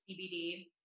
cbd